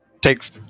takes